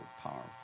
powerful